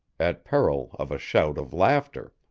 at peril of a shout of laughter?